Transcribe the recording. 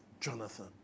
Jonathan